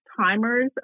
timers